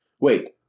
wait